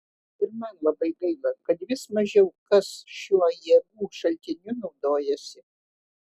ir man labai gaila kad vis mažiau kas šiuo jėgų šaltiniu naudojasi